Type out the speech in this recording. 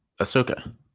Ahsoka